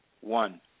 One